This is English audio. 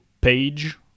page